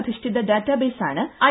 അധിഷ്ഠിത ഡാറ്റാബേസാണ് ഐ